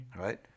right